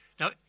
Now